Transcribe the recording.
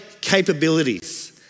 capabilities